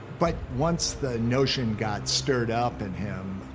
but once the notion got stirred up in him,